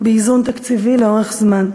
לפעול באיזון תקציבי לאורך זמן.